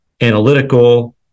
analytical